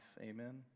Amen